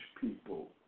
people